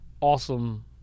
awesome